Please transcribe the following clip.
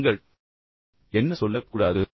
நீங்கள் என்ன சொல்லக் கூடாது